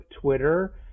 Twitter